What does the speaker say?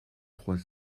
trois